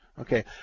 Okay